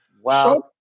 Wow